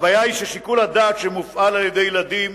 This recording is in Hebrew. הבעיה היא ששיקול הדעת שמופעל על-ידי ילדים